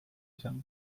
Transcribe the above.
izango